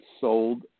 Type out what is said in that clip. sold